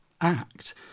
Act